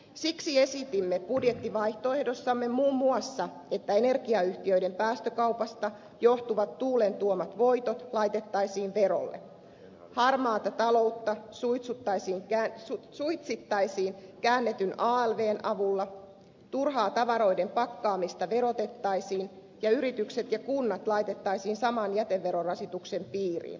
siksi esitimme budjettivaihtoehdossamme muun muassa että energiayhtiöiden päästökaupasta johtuvat tuulen tuomat voitot laitettaisiin verolle harmaata taloutta suitsittaisiin käännetyn alvn avulla turhaa tavaroiden pakkaamista verotettaisiin ja yritykset ja kunnat laitettaisiin saman jäteverorasituksen piiriin